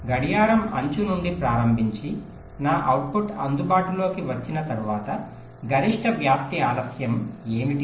గడియారం అంచు నుండి ప్రారంభించి నా అవుట్పుట్ అందుబాటులోకి వచ్చిన తర్వాత గరిష్ట వ్యాప్తి ఆలస్యం ఏమిటి